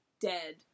dead